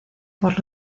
por